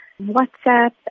WhatsApp